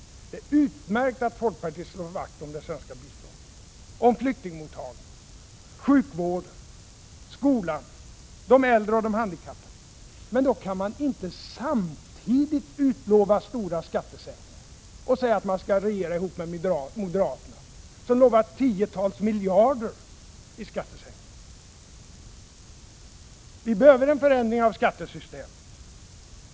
Det är utmärkt att folkpartiet slår vakt om det svenska biståndet, om flyktingmottagningen, sjukvården, skolan, de äldre och de handikappade. Men då kan man inte samtidigt utlova stora skattesänkningar och säga att man skall regera ihop med moderaterna, som lovar tiotals miljarder i skattesänkning. Vi behöver en förändring av skattesystemet.